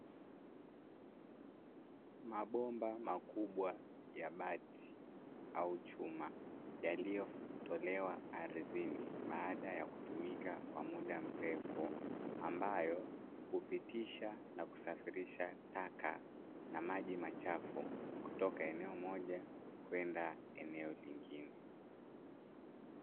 Mabomba makubwa ya bati au chuma, yaliyotolewa ardhini baada ya kutumika muda mrefu, ambayo hupitisha na kusafirisha taka na maji machafu kutoka eneo moja kwenda eneo lingine.